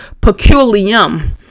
peculium